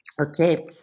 Okay